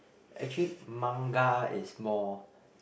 actually Manga is more